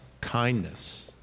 kindness